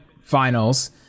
finals